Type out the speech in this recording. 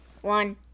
one